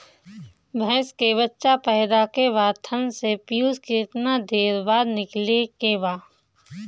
भैंस के बच्चा पैदा के बाद थन से पियूष कितना देर बाद निकले के बा?